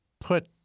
put